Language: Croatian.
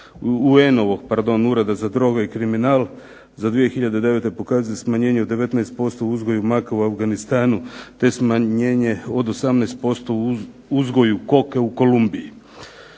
Ureda za droge i kriminal za 2009. pokazuje smanjenje od 19% u uzgoju makova u Afganistanu, te smanjenje od 18% u uzgoju koke u Kolumbiji.